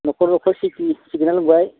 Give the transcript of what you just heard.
न'खर न'खर सिखिनानै लोंबाय